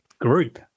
group